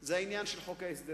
זה העניין של חוק ההסדרים.